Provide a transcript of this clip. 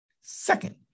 Second